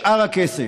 שאר הכסף,